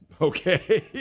Okay